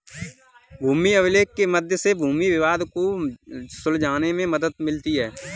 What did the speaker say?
भूमि अभिलेख के मध्य से भूमि विवाद को सुलझाने में मदद मिलती है